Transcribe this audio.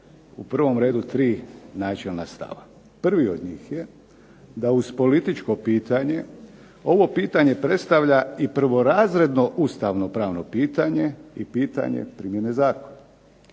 u prvom redu tri načelna stava. Prvi od njih je da uz političko pitanje ovo pitanje predstavlja i prvorazredno ustavnopravno pitanje i pitanje primjene zakona.